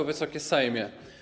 Wysoki Sejmie!